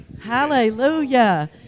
Hallelujah